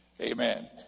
Amen